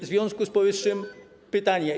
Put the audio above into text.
W związku z powyższym mam pytanie.